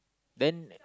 then